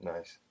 Nice